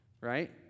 right